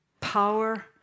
Power